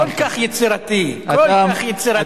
כל כך יצירתי, כל כך יצירתי.